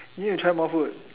you need to try more food